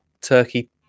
turkey